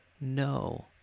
no